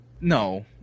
No